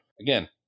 Again